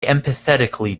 emphatically